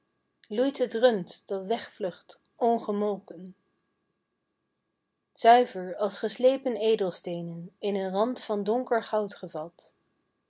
loeit het rund dat wegvlucht ongemolken zuiver als geslepen edelsteenen in een rand van donker goud gevat